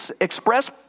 express